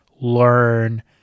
learn